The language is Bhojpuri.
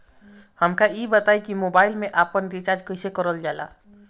हमका ई बताई कि मोबाईल में आपन रिचार्ज कईसे करल जाला?